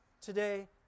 today